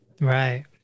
Right